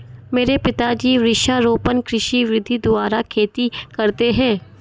मेरे पिताजी वृक्षारोपण कृषि विधि द्वारा खेती करते हैं